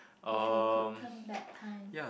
if you could turn back time